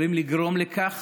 יכולים לגרום לכך